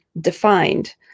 defined